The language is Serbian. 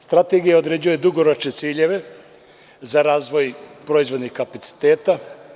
Strategija određuje dugoročne ciljeve za razvoj proizvodnih kapaciteta.